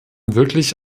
wirklich